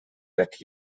that